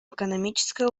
экономическое